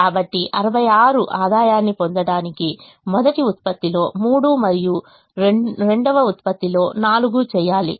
కాబట్టి 66 ఆదాయాన్ని పొందడానికి మొదటి ఉత్పత్తిలో మూడు మరియు రెండవ ఉత్పత్తిలో నాలుగు చేయాలి